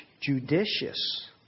judicious